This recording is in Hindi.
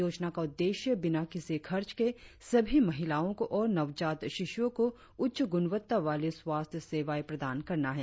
योजना का उद्देश्य बिना किसी खर्च के सभी महिलाओं और नवजात शिश्रओं को उच्च गुणवत्ता वाली स्वास्थ्य सेवाएं प्रदान करना है